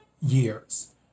years